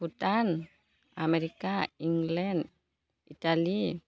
Bhutan America England Italy